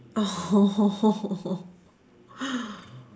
oh